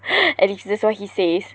at least that's what he says